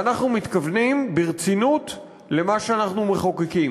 ואנחנו מתכוונים ברצינות למה שאנחנו מחוקקים.